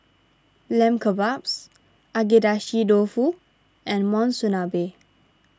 Lamb Kebabs Agedashi Dofu and Monsunabe